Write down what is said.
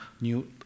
new